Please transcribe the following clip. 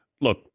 Look